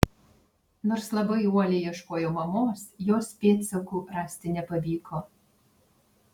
nors labai uoliai ieškojau mamos jos pėdsakų rasti nepavyko